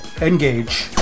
engage